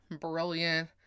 brilliant